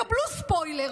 קבלו ספוילר: